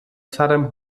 saddam